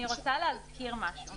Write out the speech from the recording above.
אני רוצה להזכיר משהו.